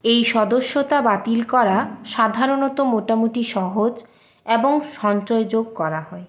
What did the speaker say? এই সদস্যতা বাতিল করা সাধারণত মোটামুটি সহজ এবং সঞ্চয় যোগ করা হয়